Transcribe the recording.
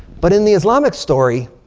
but in the islamic story,